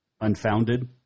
unfounded